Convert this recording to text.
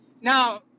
Now